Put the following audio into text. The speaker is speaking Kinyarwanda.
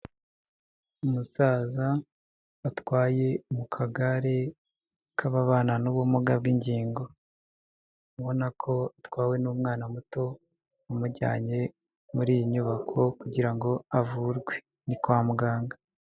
Umusaza batwaye mu kagare k'ababana n'ubumuga bw'ingingo ubona ko atwawe n'umwana muto amujyanye muri iyi nyubako kugira ngo avurwe ni kwa muganga.